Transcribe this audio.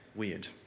weird